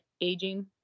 aging